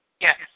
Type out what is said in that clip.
Yes